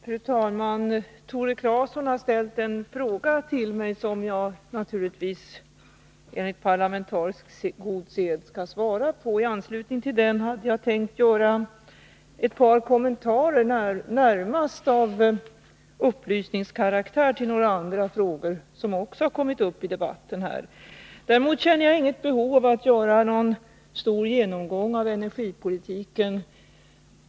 Fru talman! Tore Claeson har ställt en fråga till mig, som jag naturligtvis enligt god parlamentarisk sed skall svara på. I anslutning till det tänkte jag göra ett par kommentarer, närmast av upplysningskaraktär, till några andra frågor som också har kommit upp i debatten. Däremot känner jag inget behov av att göra någon stor genomgång av energipolitiken.